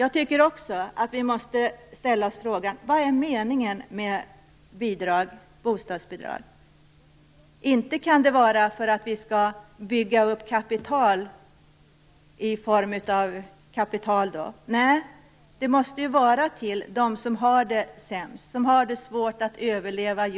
Jag tycker också att vi måste ställa oss frågan: Vad är meningen med bostadsbidragen? Nej, de måste utbetalas till dem som har det sämst, till dem som för dagen har svårt att överleva.